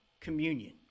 communion